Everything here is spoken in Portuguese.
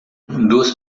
duas